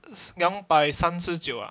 两百三十九 ah